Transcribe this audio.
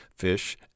fish